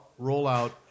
rollout